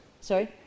Sorry